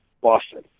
Boston